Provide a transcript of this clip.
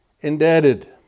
indebted